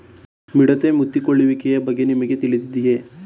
ಮಿಡತೆ ಮುತ್ತಿಕೊಳ್ಳುವಿಕೆಯ ಬಗ್ಗೆ ನಿಮಗೆ ತಿಳಿದಿದೆಯೇ?